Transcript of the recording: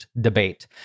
debate